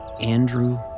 Andrew